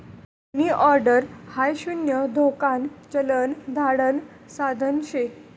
मनी order हाई शून्य धोकान चलन धाडण साधन शे